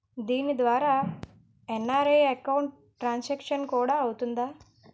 దీని ద్వారా NRI account transaction కూడా అవుతుందా?